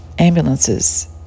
ambulances